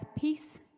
peace